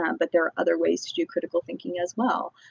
um but there are other ways to do critical thinking as well.